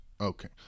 Okay